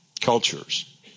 cultures